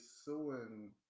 suing